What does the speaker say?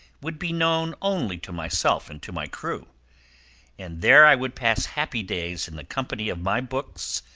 would be known only to myself and to my crew and there i would pass happy days in the company of my books,